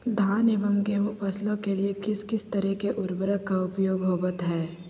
धान एवं गेहूं के फसलों के लिए किस किस तरह के उर्वरक का उपयोग होवत है?